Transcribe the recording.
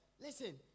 listen